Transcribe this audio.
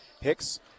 Hicks